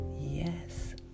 Yes